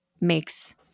makes